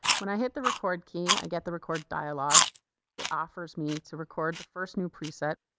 when i hit the record key, i get the record dialogue it offers me to record the first new preset,